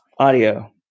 audio